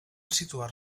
situar